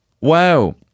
Wow